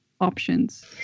options